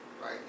Right